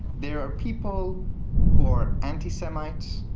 there are people who are anti-semites,